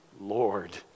Lord